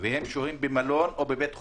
והם שוהים במלון או בבתי חולים,